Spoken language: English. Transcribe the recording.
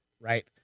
Right